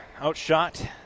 outshot